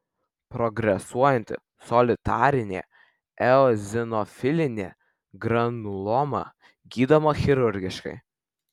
progresuojanti solitarinė eozinofilinė granuloma gydoma chirurgiškai